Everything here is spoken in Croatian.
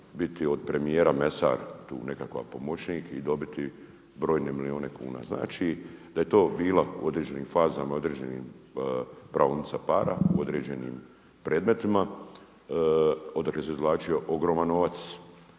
biti od premijera mesar, tu nekakav pomoćnik i dobiti brojne milijune kuna. Znači da je to bila u određenim fazama i u određenim praonica para u određenim predmetima odakle se izvlačio ogroman novac